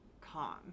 calm